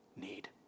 need